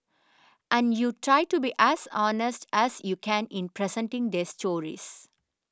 and you try to be as honest as you can in presenting their stories